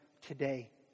today